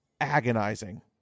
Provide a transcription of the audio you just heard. agonizing